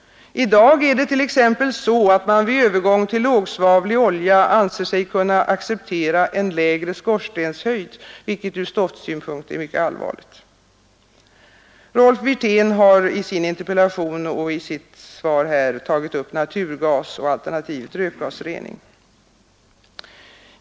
I dag är det t.ex. så att man vid övergång till lågsvavlig olja anser sig kunna acceptera en lägre skorstenshöjd, vilket ur stoftsynpunkt är mycket allvarligt. Rolf Wirtén har i sin interpellation och i sitt inlägg här tagit upp naturgas och alternativet rökgasrening.